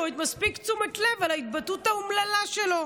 מספיק תשומת לב על ההתבטאות האומללה שלו,